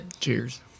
Cheers